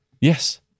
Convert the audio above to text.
Yes